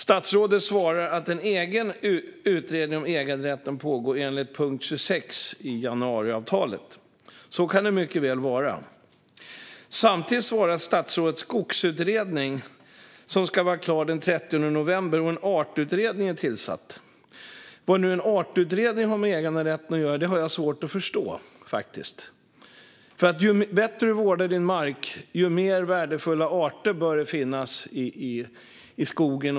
Statsrådet svarar att en utredning om äganderätten pågår enligt punkt 26 i januariavtalet. Så kan det mycket väl vara. Samtidigt svarar statsrådet att en skogsutredning ska vara klar den 30 november. Och en artutredning är tillsatt. Vad en artutredning har med äganderätten att göra har jag faktiskt svårt att förstå. Ju bättre du vårdar din mark, desto mer värdefulla arter bör det finnas på den.